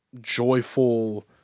joyful